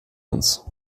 uns